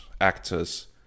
actors